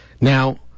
Now